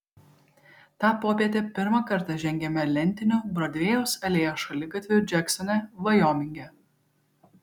tą popietę pirmą kartą žengiame lentiniu brodvėjaus alėjos šaligatviu džeksone vajominge